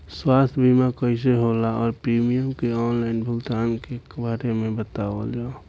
स्वास्थ्य बीमा कइसे होला और प्रीमियम के आनलाइन भुगतान के बारे में बतावल जाव?